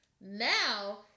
Now